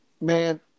Man